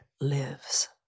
lives